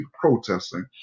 protesting